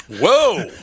Whoa